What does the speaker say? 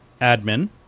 admin